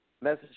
message